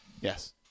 Yes